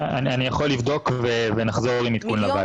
אני יכול לבדוק ונחזור עם עדכון לוועדה.